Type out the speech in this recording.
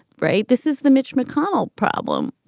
right. this is the mitch mcconnell problem.